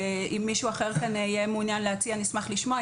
אם מישהו אחר כאן יהיה מעוניין להציע אני אשמח לשמוע.